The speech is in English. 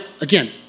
again